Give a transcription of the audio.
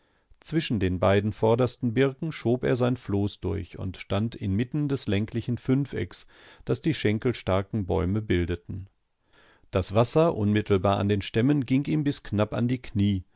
zwischen den beiden vordersten birken schob er sein floß durch und stand inmitten des länglichen fünfecks das die schenkelstarken bäume bildeten das wasser unmittelbar an den stämmen ging ihm knapp bis an die knie